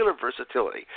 versatility